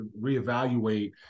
reevaluate –